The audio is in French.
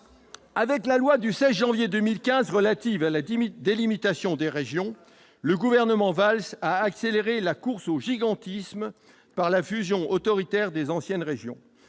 Avec la loi n° 2015-29 du 16 janvier 2015 relative à la délimitation des régions, le gouvernement Valls a accéléré la course au gigantisme par la fusion autoritaire des anciennes régions.